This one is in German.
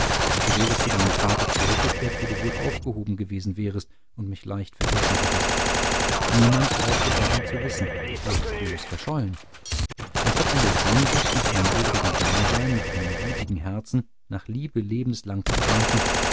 du wärest zu deinem vater zurückgekehrt wo du wohl aufgehoben gewesen wärest und mich leicht vergessen hättest niemand brauchte darum zu wissen ich wäre spurlos verschollen anstatt an der sehnsucht nach einem würdigen dasein nach einem gütigen herzen nach liebe lebenslang zu kranken